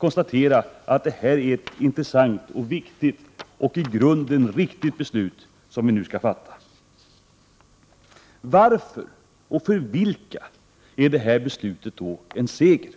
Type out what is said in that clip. är fråga om ett intressant, viktigt och i grunden riktigt beslut som vi nu skall fatta. Varför och för vilka är då det här beslutet en seger?